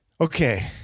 Okay